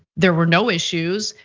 there were no issues.